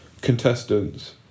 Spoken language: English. contestants